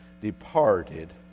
departed